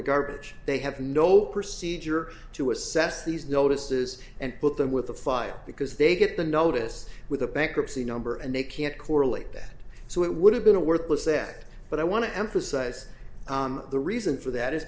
the garbage they have no procedure to assess these notices and put them with the fire because they get the notice with a bankruptcy number and they can't correlate that so it would have been a worthless said but i want to emphasize the reason for that is